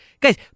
Guys